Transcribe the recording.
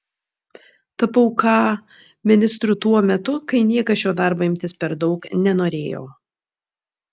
tapau ka ministru tuo metu kai niekas šio darbo imtis per daug nenorėjo